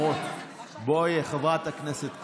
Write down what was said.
בואי, חברת הכנסת כהן.